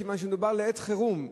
מכיוון שמדובר לעת חירום,